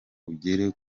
ugere